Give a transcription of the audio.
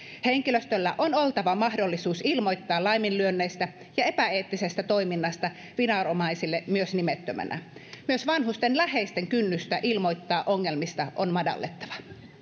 henkilöstöllä on oltava mahdollisuus ilmoittaa laiminlyönneistä ja epäeettisestä toiminnasta viranomaisille myös nimettömänä myös vanhusten läheisten kynnystä ilmoittaa ongelmista on madallettava